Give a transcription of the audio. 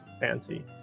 fancy